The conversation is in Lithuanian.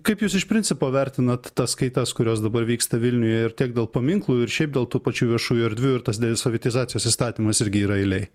kaip jūs iš principo vertinat tas kaitas kurios dabar vyksta vilniuje ir tiek dėl paminklų ir šiaip dėl tų pačių viešųjų erdvių ir tas desovietizacijos įstatymas irgi yra eilėj